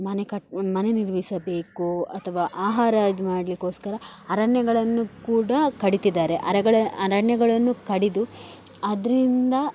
ಮನೆ ಕಟ್ಟಿ ಮನೆ ನಿರ್ಮಿಸಬೇಕು ಅಥ್ವಾ ಆಹಾರ ಇದುಮಾಡ್ಲಿಕೆಗೋಸ್ಕರ ಅರಣ್ಯಗಳನ್ನು ಕೂಡ ಕಡಿತಿದ್ದಾರೆ ಅರಗಳೆ ಅರಣ್ಯಗಳನ್ನು ಕಡಿದು ಅದರಿಂದ